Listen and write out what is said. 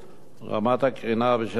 רמת הקרינה בשטח בית-הספר.